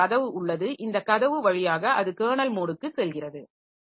எனவே ஒரு கதவு உள்ளது இந்த கதவு வழியாக அது கெர்னல் மோடுக்கு செல்கிறது